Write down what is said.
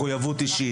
מחויבות אישית,